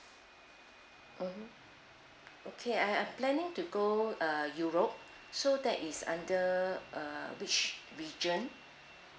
oh okay I I planning to go uh europe so that is under uh which region